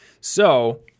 So-